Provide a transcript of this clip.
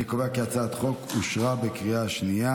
אני קובע כי הצעת החוק אושרה בקריאה השנייה.